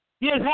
Yes